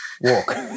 walk